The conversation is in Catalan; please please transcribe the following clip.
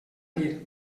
dir